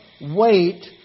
wait